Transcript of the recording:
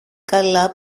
καλά